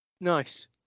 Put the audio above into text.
Nice